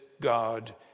God